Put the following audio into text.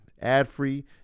ad-free